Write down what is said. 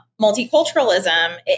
multiculturalism